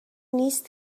نیست